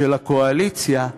של הקואליציה,